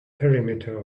perimeter